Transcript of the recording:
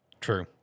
True